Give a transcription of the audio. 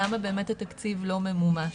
למה באמת התקציב לא ממומש.